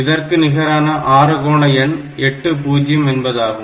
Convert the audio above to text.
இதற்கு நிகரான ஆறுகோண எண் 80 என்பதாகும்